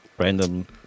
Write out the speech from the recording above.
random